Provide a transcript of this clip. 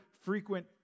frequent